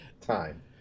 time